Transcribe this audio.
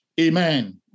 Amen